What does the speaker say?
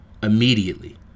immediately